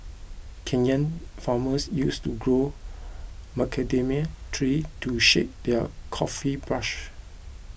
Kenyan farmers used to grow macadamia trees to shade their coffee bushes